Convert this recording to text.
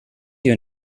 your